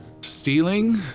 stealing